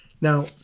Now